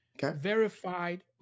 Verified